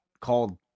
called